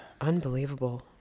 unbelievable